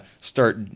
start